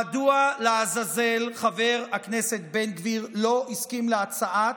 מדוע, לעזאזל, חבר הכנסת בן גביר לא הסכים להצעה,